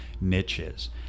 niches